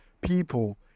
people